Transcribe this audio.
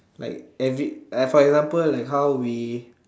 like every for example like how we